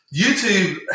YouTube